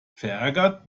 verärgert